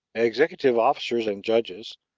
executive officers and judges,